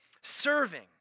Serving